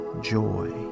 joy